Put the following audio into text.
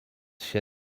się